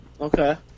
Okay